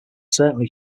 certainly